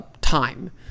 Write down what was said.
time